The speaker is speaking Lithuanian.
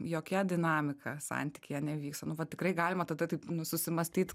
jokia dinamika santykyje nevyksta nu vat tikrai galima tada taip nu susimąstyt